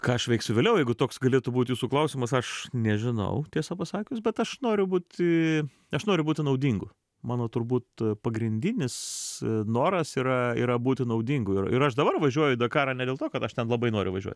ką aš veiksiu vėliau jeigu toks galėtų būt jūsų klausimas aš nežinau tiesa pasakius bet aš noriu būti aš noriu būti naudingu mano turbūt pagrindinis noras yra yra būti naudingu ir ir aš dabar važiuoju į dakarą ne dėl to kad aš ten labai noriu važiuot